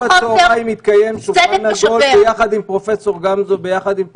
מחר בצהריים יתקיים שולחן עגול ביחד עם פרופ' גמזו וביחד עם פרופ'